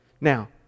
Now